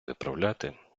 виправляти